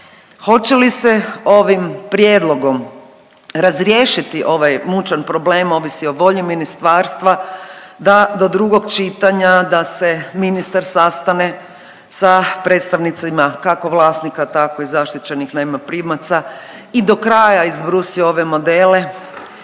hoće li se ovim prijedlogom razriješiti ovaj mučan problem ovisi o volji ministarstva da do drugog čitanja da se ministar sastane sa predstavnicima kako vlasnika tako i zaštićenih najmoprimaca i do kraja izbrusi ove modele